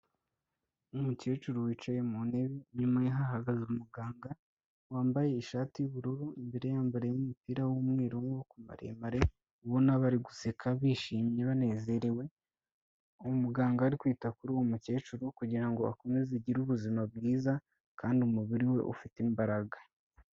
Ni umukecuru wicaye mu ntebe, inyuma ye hahagaze umuganga wambaye ishati y'ubururu, imbere yambayemo umupira w'umweru w'amaboko maremare, ubona bari guseka bishimye banezerewe, umuganga ari kwita kuri uwo mukecuru kugira ngo akomeze agire ubuzima bwiza kandi umubiri we ufite imbaraga.